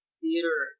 theater